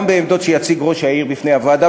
גם בעמדות שיציג ראש העיר בפני הוועדה